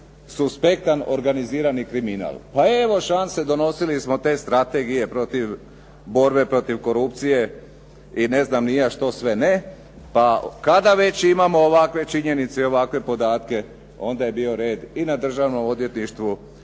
suspektan organizirani kriminal. Pa evo šanse, donosili smo te strategije borbe protiv korupcije i ne znam ni ja što sve ne, pa kada već imamo ovakve činjenice i ovakve podatke onda je bio red i na Državnom odvjetništvu